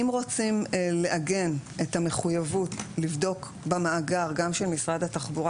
אם רוצים לעגן את המחויבות לבדוק במאגר גם של משרד התחבורה,